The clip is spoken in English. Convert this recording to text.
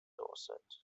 dorset